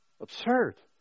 absurd